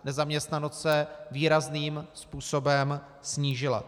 Nezaměstnanost se výrazným způsobem snížila.